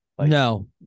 No